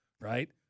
right